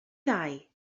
ddau